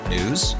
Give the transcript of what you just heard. News